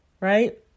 right